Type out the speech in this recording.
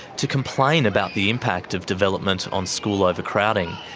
to complain about the impact of development on school overcrowding,